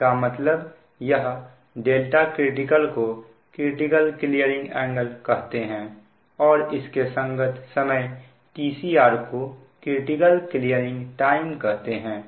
इसका मतलब यह δcritical को क्रिटिकल क्लीयरिंग एंगल कहते हैं और इसके संगत समय tcr को क्रिटिकल क्लीयरिंग टाइम कहते हैं